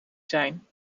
zijn